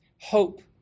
Hope